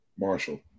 Marshall